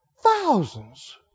thousands